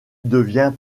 devient